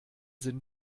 sinn